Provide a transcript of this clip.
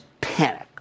panic